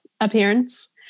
appearance